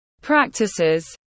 practices